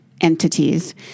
entities